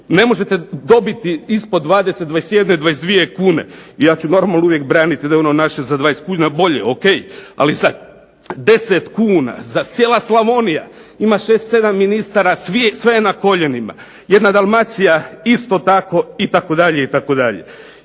ne možete dobiti ispod 20, 21, 22 kune. Ja ću normalno uvijek branit da je ono naše za 20 kuna bolje, ok, ali za 10 kuna, cijela Slavonija ima 6, 7 ministara, sve je na koljenima. Jedna Dalmacija isto tako itd., itd.